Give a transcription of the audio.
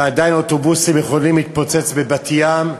ועדיין אוטובוסים יכולים להתפוצץ בבת-ים,